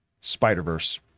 Spider-Verse